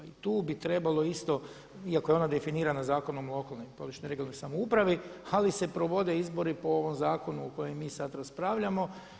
I tu bi trebalo isto, iako je ona definirana Zakonom o lokalnoj područnoj regionalnoj samoupravi, ali se provode izbori po ovom zakonu o kojem mi sad raspravljamo.